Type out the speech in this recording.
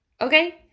Okay